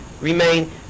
remain